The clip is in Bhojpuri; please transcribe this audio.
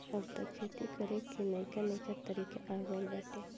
अब तअ खेती करे कअ नईका नईका तरीका आ गइल बाटे